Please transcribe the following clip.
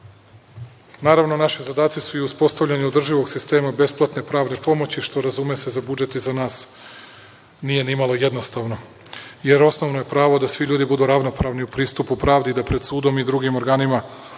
naši zadaci su i uspostavljanje održivog sistema besplatne pravne pomoći, što razume se za budžet i za nas nije ni malo jednostavno, jer osnovno je pravo da svi ljudi budu ravnopravni u pristupu pravdi i da pred sudom i drugim organima